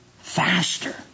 faster